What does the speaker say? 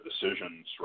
decisions